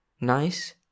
Nice